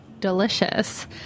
delicious